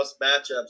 matchups